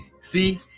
See